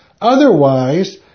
Otherwise